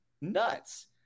nuts